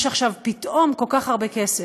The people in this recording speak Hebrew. יש עכשיו פתאום כל כך הרבה כסף.